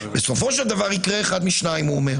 בסופו של דבר יקרה אחד מהשניים, הוא אומר